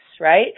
right